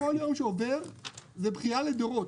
בכל יום שעובר זה בכייה לדורות.